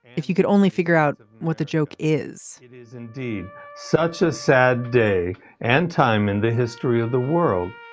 if you could only figure out what the joke is. it is indeed such a sad day and time in the history of the world.